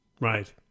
Right